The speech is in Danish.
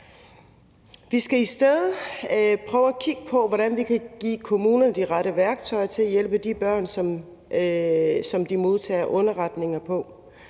Vi skal i stedet prøve at kigge på, hvordan vi kan give kommunerne de rette værktøjer til at hjælpe de børn, som de modtager underretninger om.